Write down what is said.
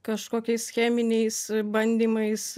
kažkokiais cheminiais bandymais